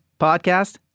podcast